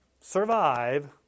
survive